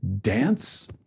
dance